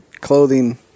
clothing